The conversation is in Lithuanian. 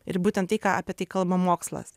ir būtent tai ką apie tai kalba mokslas